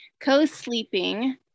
Co-Sleeping